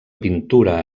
pintura